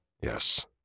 Yes